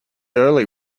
early